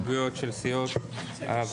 היו הסתייגויות של סיעות העבודה,